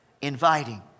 inviting